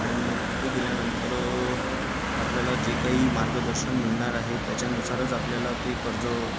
आणि मग तिथे गेल्यानंतर आपल्याला जे काही मार्गदर्शन मिळणार आहे त्याच्यानुसारच आपल्याला ते कर्ज